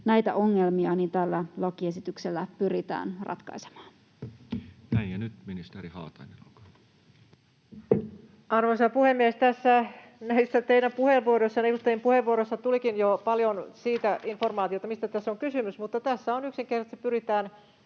sitten tällä lakiesityksellä pyritään ratkaisemaan. Näin. — Ja nyt ministeri Haatainen, olkaa hyvä. Arvoisa puhemies! Näissä teidän puheenvuoroissanne tulikin jo paljon informaatiota siitä, mistä tässä on kysymys, mutta tässä yksinkertaisesti pyritään